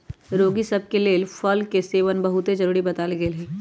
रोगि सभ के लेल फल के सेवन बहुते जरुरी बतायल गेल हइ